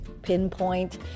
pinpoint